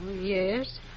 yes